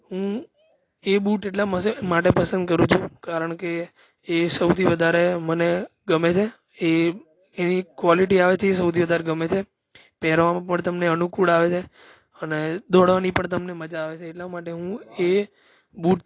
હું એ બુટ એટલા માટે પસંદ કરું છું કારણ કે એ સૌથી વધારે મને ગમે છે એ એની કોલેટી આવે છે એ સૌથી વધારે ગમે છે પહેરવામાં પણ તમને અનુકૂળ આવે છે અને દોડવાની પણ તમને મજા આવે છે એટલા માટે હું એ બુટ